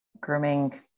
grooming